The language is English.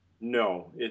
No